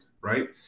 right